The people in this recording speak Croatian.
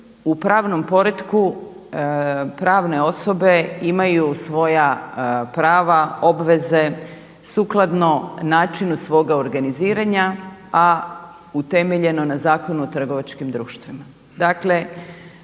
u pravnom poretku pravne osobe imaju svoja prava, obveze sukladno načinu svoga organiziranja, a utemeljeno na Zakonu o trgovačkim društvima.